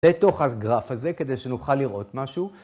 ‫לתוך הגרף הזה, כדי שנוכל לראות משהו.